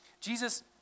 Jesus